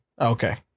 Okay